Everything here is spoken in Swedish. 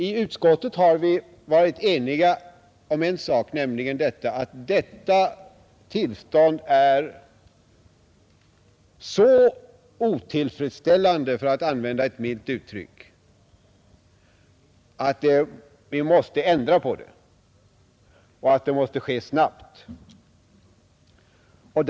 I utskottet har vi varit eniga om en sak, nämligen att detta tillstånd är så otillfredsställande — för att använda ett milt uttryck — att vi måste ändra på det. Och det måste ske snabbt.